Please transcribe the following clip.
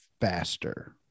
faster